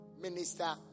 minister